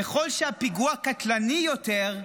ככל שהפיגוע קטלני יותר,